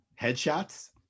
Headshots